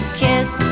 kiss